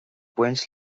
baint